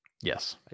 Yes